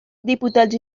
diputats